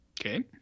Okay